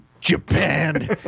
Japan